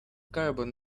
carbon